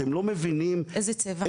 אתם לא מבינים -- איזה צבע?